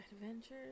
Adventures